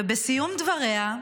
ובסיום דבריה,